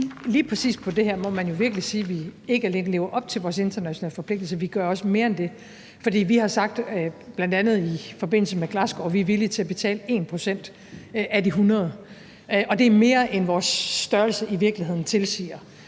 lige præcis på det her må man jo virkelig sige at vi ikke alene lever op til vores internationale forpligtelser, vi gør også mere end det. For vi har sagt, bl.a. i forbindelse med Glasgow, at vi er villige til at betale 1 pct. af de 100 mia. dollar, og det er mere, end vores størrelse i virkeligheden tilsiger.